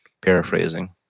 Paraphrasing